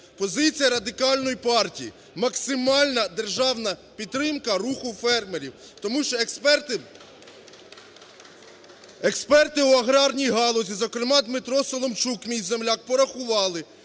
Позиція Радикальної партії, максимальна державна підтримка руху фермерів, тому що експерти у аграрній галузі, зокрема Дмитро Соломчук, мій земляк, порахували,